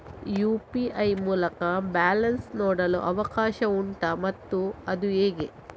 UPI ಮೂಲಕ balance ನೋಡಲು ಅವಕಾಶ ಉಂಟಾ ಮತ್ತು ಅದು ಹೇಗೆ?